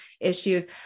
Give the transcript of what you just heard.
issues